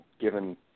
given